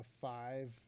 five